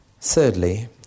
Thirdly